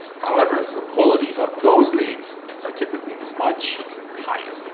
however, the quality of those leads are typically much higher.